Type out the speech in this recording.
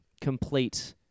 complete